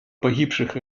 погибших